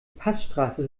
passstraße